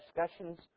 discussions